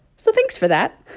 so thanks for that.